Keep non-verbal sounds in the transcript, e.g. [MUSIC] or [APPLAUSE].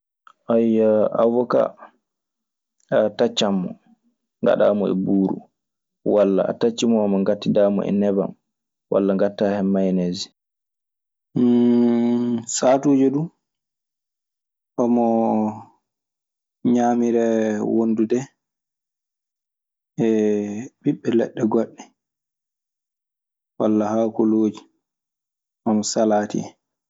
[HESITATION] ambucaa a taccan mo. Ngaɗaa mo e buuru walla a tacci moomo ngaɗtidaa mo e neban walla ngaɗtaa hen mayoneesi. [HESITATION] Saatuuje du omo ñaamiree wondude ɓiɓɓe leɗɗe walla haakolooji hono salaati en.